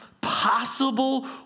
possible